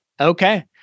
Okay